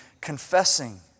confessing